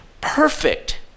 perfect